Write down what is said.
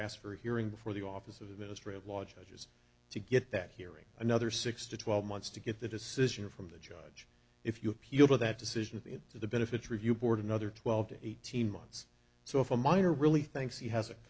ask for a hearing before the office of the ministry of law judges to get that hearing another six to twelve months to get the decision from the judge if you appeal that decision of it to the benefit review board another twelve to eighteen months so if a minor really thinks he has a